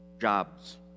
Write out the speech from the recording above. Jobs